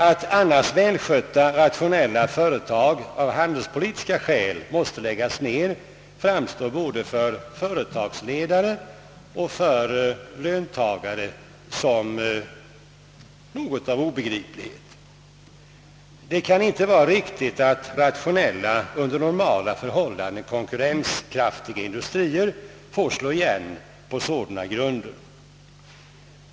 Att annars välskötta och rationella företag av handelspolitiska skäl måste läggas ned framstår för både företagsledare och löntagare som obegripligt. Det kan inte vara riktigt att rationella och under normala förhållanden konkurrenskraftiga industrier måste slå igen på sådana grunder.